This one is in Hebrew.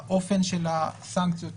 האופן של הסנקציות,